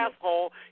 asshole